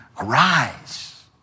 arise